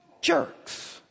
jerks